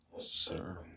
Sir